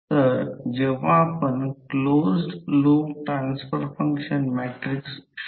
आणि Fm1 आपल्याला माहित आहे की कॉइल 1 ही 1 अँपिअर करंटने एक्ससाईट केली आहे